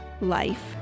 life